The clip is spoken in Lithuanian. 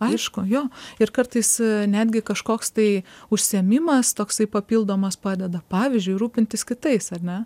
aišku jo ir kartais netgi kažkoks tai užsiėmimas toksai papildomas padeda pavyzdžiui rūpintis kitais ar ne